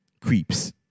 creeps